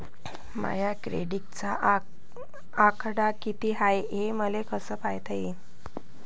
माया क्रेडिटचा आकडा कितीक हाय हे मले कस पायता येईन?